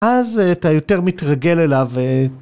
אז אתה יותר מתרגל אליו